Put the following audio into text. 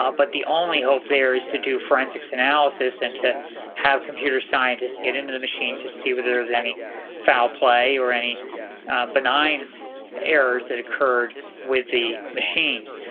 ah but the only hope there is to do forensics analysis and to have computer scientists get into the machines to see whether there is any foul play or any benign errors that occurred with the machines.